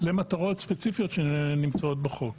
למטרות ספציפיות שנמצאות בחוק.